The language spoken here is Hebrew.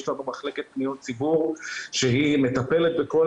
יש לנו מחלקת פניות ציבור שהיא מטפלת בכל